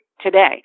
today